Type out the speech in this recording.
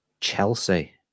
Chelsea